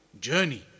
journey